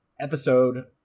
Episode